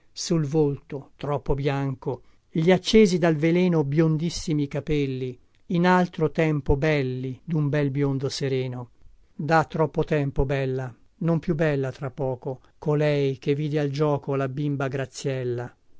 sul volto troppo bianco gli accesi dal veleno biondissimi capelli in altro tempo belli dun bel biondo sereno da troppo tempo bella non più bella tra poco colei che vide al gioco la bimba graziella